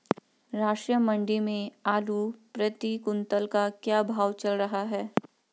राष्ट्रीय मंडी में आलू प्रति कुन्तल का क्या भाव चल रहा है?